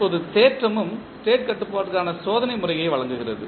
இப்போது தேற்றமும் ஸ்டேட் கட்டுப்பாட்டுக்கான சோதனை முறையை வழங்குகிறது